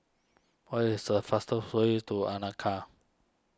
what is the fastest way to